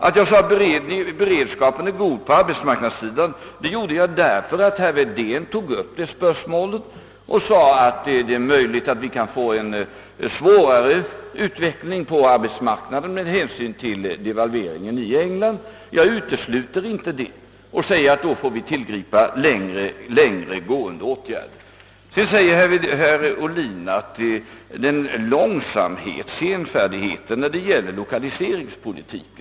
Att jag sade att beredskapen är god på arbetsmarknadssidan berodde på att herr Wedén tog upp det spörsmålet och hävdade att det är möjligt att utvecklingen på arbetsmarknaden kan bli sämre med hänsyn till devalveringen i England. Jag utesluter inte den möjlig heten och säger; att. då får. vi tillgripa: längre gående åtgärder: Herr Ohlin talade om den senfärdighet som skulle : utmärka regeringens lokaliseringspolitik.